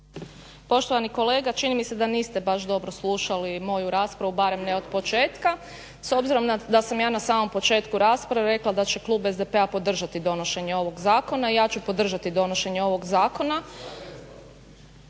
Poštovani kolega, čini mi se da niste baš dobro slušali moju raspravu barem ne od početka. S obzirom da sam ja na samom početku rasprave rekla da će klub SDP-a podržati donošenje ovog zakona ja ću podržati donošenje ovog zakona